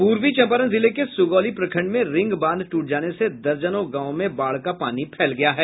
पूर्वी चम्पारण जिले के सुगौली प्रखंड में रिंग बांध टूट जाने से दर्जनों गांव में बाढ़ का पानी फैल गया है